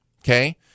okay